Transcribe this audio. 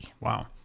wow